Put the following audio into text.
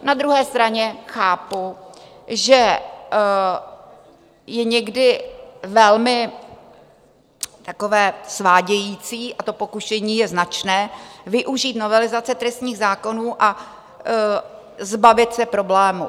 Na druhé straně chápu, že je někdy velmi takové svádějící, a to pokušení je značné, využít novelizace trestních zákonů a zbavit se problému.